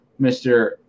Mr